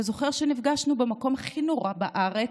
אתה זוכר שנפגשנו במקום הכי נורא בארץ,